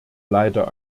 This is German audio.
leider